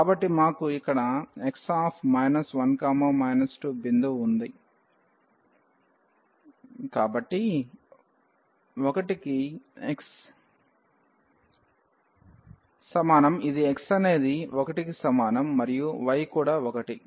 కాబట్టి మాకు ఇక్కడ x 1 2 బిందువు ఉంది కాబట్టి 1 కి x సమానం ఇది x అనేది 1 కి సమానం మరియు y కూడా 1